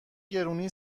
گرونی